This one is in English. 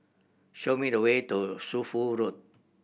show me the way to Shunfu Road